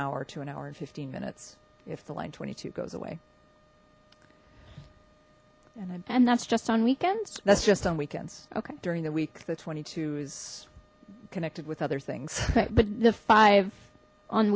hour to an hour and fifteen minutes if the line twenty two goes away and that's just on weekends that's just on weekends ok during the week the twenty two is connected with other things ok but the five on